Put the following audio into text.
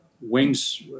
Wings